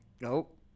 Nope